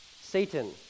Satan